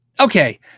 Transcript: Okay